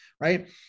right